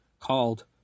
Called